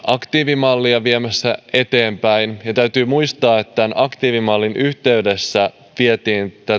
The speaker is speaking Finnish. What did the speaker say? aktiivimallia viemässä eteenpäin ja täytyy muistaa että aktiivimallin yhteydessä vietiin